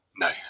No